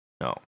no